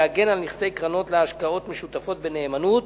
להגן על נכסי קרנות להשקעות משותפות בנאמנות,